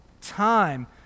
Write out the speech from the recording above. time